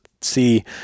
see